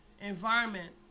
environment